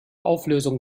auflösung